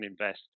invest